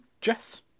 Jess